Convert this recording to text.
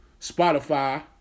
Spotify